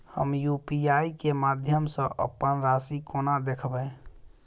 हम यु.पी.आई केँ माध्यम सँ अप्पन राशि कोना देखबै?